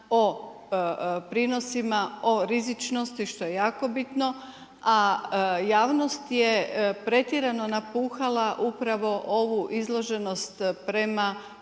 o prinosima, o rizičnosti, što je jako bitno, a javnost je pretjerano napuhala upravo ovu izloženost prema